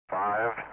Five